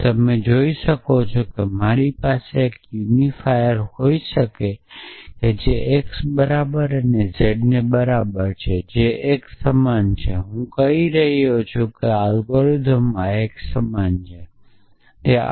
પછી તમે જોઈ શકો છો કે મારી પાસે એક યુનિફાયર હોઈ શકે જે x બરાબર અને z ની બરાબર છે જે એક સમાન છે હું કહી રહ્યો નથી કે આ એલ્ગોરિધમનો આ એક સમાન હશે